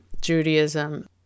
Judaism